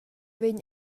vegn